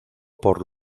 por